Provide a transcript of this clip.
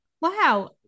Wow